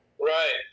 Right